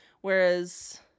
whereas